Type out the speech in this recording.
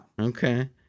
Okay